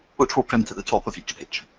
which will print at the top of each page.